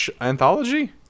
anthology